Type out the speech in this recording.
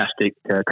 fantastic